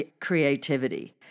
creativity